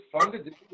funded